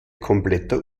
kompletter